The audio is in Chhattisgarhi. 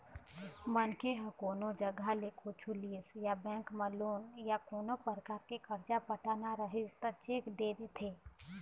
मनखे ह कोनो जघा ले कुछु लिस या बेंक म लोन या कोनो परकार के करजा पटाना रहिस त चेक दे देथे